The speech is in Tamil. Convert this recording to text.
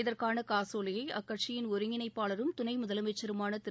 இதற்கான காசோலையை அக்கட்சியின் ஒருங்கிணைப்பாளரும் துணை முதலமைச்சருமான திரு